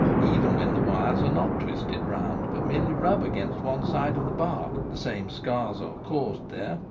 even when the wires are not twisted round, but merely rub against one side of the bark, the same scars are caused there,